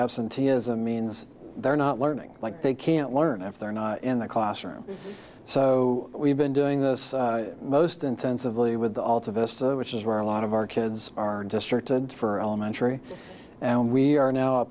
absenteeism means they're not learning like they can't learn if they're not in the classroom so we've been doing this most intensively with altavista which is where a lot of our kids are just shirted for elementary and we are now a